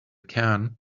can